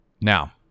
Now